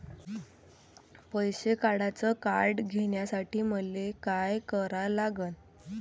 पैसा काढ्याचं कार्ड घेण्यासाठी मले काय करा लागन?